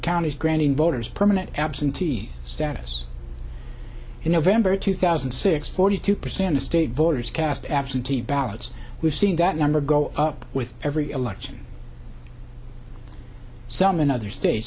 counties granting voters permanent absentee status in november two thousand and six forty two percent of state voters cast absentee ballots we've seen that number go up with every election some in other states